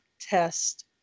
test